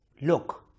look